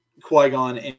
Qui-Gon